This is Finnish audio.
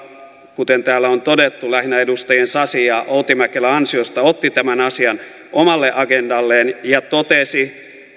kuten täällä on todettu lähinnä edustajien sasi ja outi mäkelä ansiosta otti tämän asian omalle agendalleen ja totesi